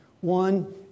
One